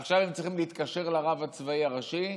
עכשיו הם צריכים להתקשר לרב הצבאי הראשי,